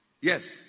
Yes